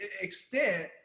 extent